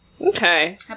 Okay